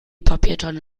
papiertonne